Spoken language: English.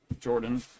Jordan